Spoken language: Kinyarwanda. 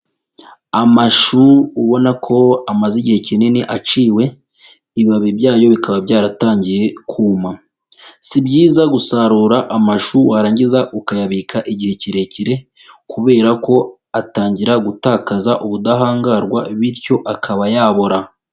Amashu ubona ko amaze igihe kinini aciwe, ibibabi byayo bikaba byaratangiye kuma, si byiza gusarura amashu warangiza ukayabika igihe kirekire kubera ko atangira gutakaza ubudahangarwa bityo akaba yabora.